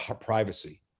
privacy